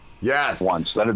yes